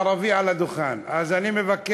חבר כנסת ערבי על הדוכן, אז אני מבקש,